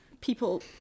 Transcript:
people